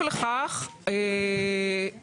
האופוזיציה מוכנה עוד חמש דקות שהיא תסיים את דבריה,